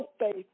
faith